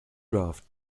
draft